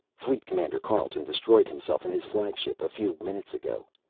fleet commander carleton destroyed himself and his flagship a few minutes ago.